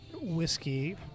whiskey